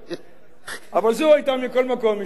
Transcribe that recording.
אבל זו היתה מכל מקום ישיבתי האחרונה,